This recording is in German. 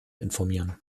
informieren